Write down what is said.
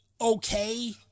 okay